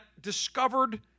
discovered